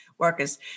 Workers